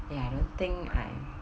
ya I don't think I